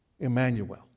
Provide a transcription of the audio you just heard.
Emmanuel